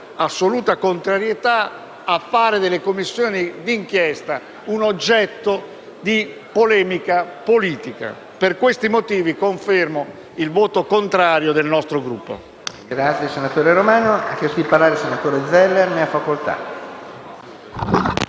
assoluta contrarietà a fare delle Commissioni d'inchiesta un oggetto di polemica politica. Per questo motivo confermo il voto contrario del nostro Gruppo.